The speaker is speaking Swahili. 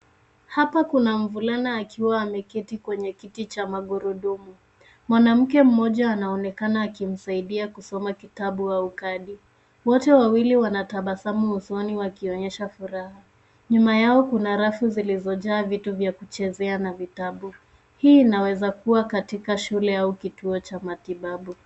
Hapa kuna mvulana akiwa ameketi kwenye kiti cha magurudumu. Mwanamke mmoja anaonekana akimsaidia kusoma kitabu au kadi. Wote wawili wanatabasamu usoni wakionyesha furaha. Nyuma yao kuna rafu zilizojaa vitu vya kuchezea na vitabu. Hii inaweza kuwa katika shule au kituo cha matibabu.